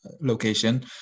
location